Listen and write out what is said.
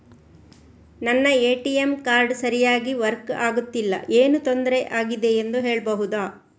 ನನ್ನ ATM card ಸರಿಯಾಗಿ work ಆಗುತ್ತಿಲ್ಲ, ಏನು ತೊಂದ್ರೆ ಆಗಿದೆಯೆಂದು ಹೇಳ್ಬಹುದಾ?